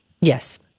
Yes